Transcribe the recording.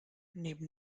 neben